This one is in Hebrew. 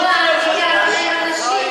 אבל צריכים מייד לציין,